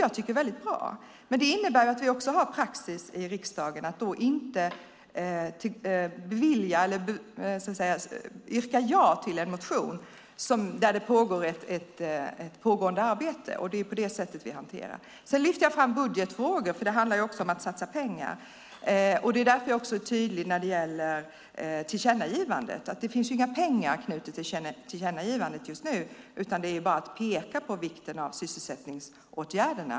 Det tycker jag är väldigt bra. Men samtidigt är det praxis i riksdagen att inte yrka bifall till en motion som gäller ett område där ett arbete pågår. Det är på det sättet vi hanterar de olika frågorna. Det gäller också budgetfrågor; det handlar ju också om att satsa pengar. Därför är jag tydlig om tillkännagivandet. Just nu finns inga pengar knutna till detta, utan det handlar bara om att peka på vikten av sysselsättningsåtgärder.